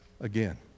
again